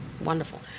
Wonderful